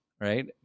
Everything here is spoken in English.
right